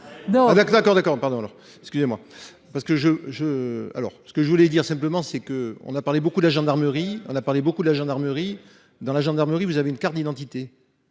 Alors parce que je voulais dire simplement c'est que on a parlé beaucoup de la gendarmerie, on a parlé beaucoup de la gendarmerie dans la gendarmerie. Vous avez une carte d'identité.